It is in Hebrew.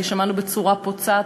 שמענו בצורה פוצעת,